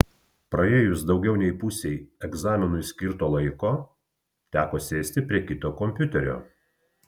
praėjus daugiau nei pusei egzaminui skirto laiko teko sėsti prie kito kompiuterio